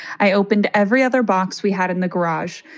i opened every other box we had in the garage.